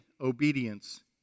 obedience